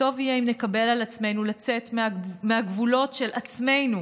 טוב יהיה אם נקבל על עצמנו לצאת מהגבולות של עצמנו